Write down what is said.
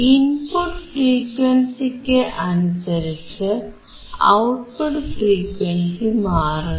input ഫ്രീക്വൻസിക്ക് അനുസരിച്ച് output frequency മാറുന്നു